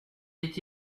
dit